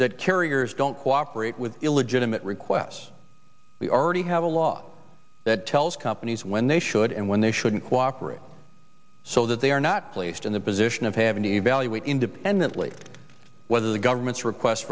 that carriers don't cooperate with illegitimate requests we already have a law that tells companies when they should and when they shouldn't cooperate so that they are not placed in the position of having to evaluate independently whether the government's request